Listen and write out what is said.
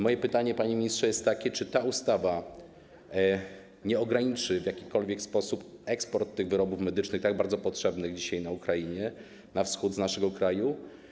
Moje pytanie, panie ministrze, jest takie: Czy ta ustawa nie ograniczy w jakikolwiek sposób eksportu tych wyrobów medycznych, tak bardzo potrzebnych dzisiaj na Ukrainie, na wschód z naszego kraju?